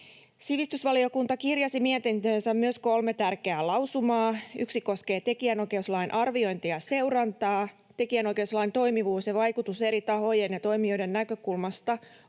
Sivistysvaliokunta kirjasi mietintöönsä myös kolme tärkeää lausumaa. Yksi koskee tekijänoikeuslain arviointia ja seurantaa. Tekijänoikeuslain toimivuus ja vaikutus eri tahojen ja toimijoiden näkökulmasta